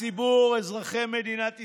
הציבור, אזרחי מדינת ישראל,